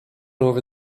over